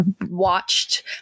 watched